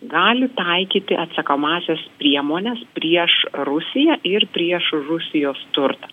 gali taikyti atsakomąsias priemones prieš rusiją ir prieš rusijos turtą